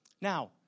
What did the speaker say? Now